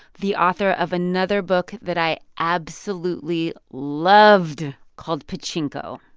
the author of another book that i absolutely loved, called, pachinko.